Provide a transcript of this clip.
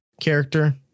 character